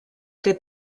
did